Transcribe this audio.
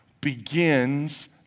begins